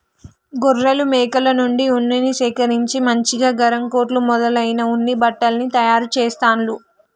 గొర్రెలు మేకల నుండి ఉన్నిని సేకరించి మంచిగా గరం కోట్లు మొదలైన ఉన్ని బట్టల్ని తయారు చెస్తాండ్లు